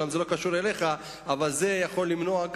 אומנם זה לא קשור אליך, אבל גם זה יכול למנוע,